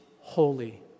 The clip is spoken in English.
holy